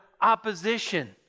opposition